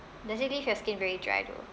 does it leave your skin very dry though